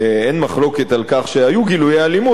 שאין מחלוקת על כך שהיו גילויי אלימות,